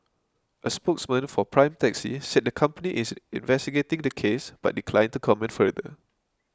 a spokesman for Prime Taxi said the company is investigating the case but declined to comment further